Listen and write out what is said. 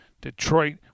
Detroit